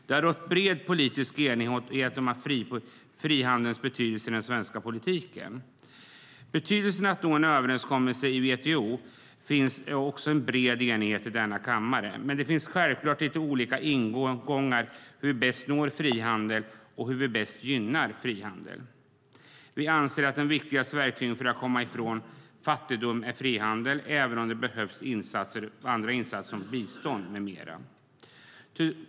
Det har rått bred politisk enighet om frihandelns betydelse i den svenska politiken. Det finns också en bred enighet i denna kammare om betydelsen av att nå en överenskommelse i WTO, men det finns självfallet lite olika ingångar när det gäller hur vi bäst når frihandel och hur vi bäst gynnar frihandel. Vi anser att de viktigaste verktygen för att komma ifrån fattigdom är frihandel, även om det behövs andra insatser som bistånd med mera.